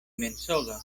mensogas